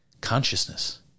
consciousness